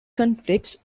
conflicts